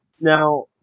Now